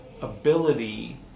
ability